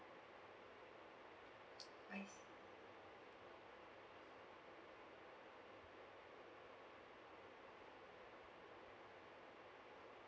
I see